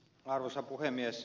arvoisa puhemies